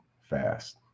fast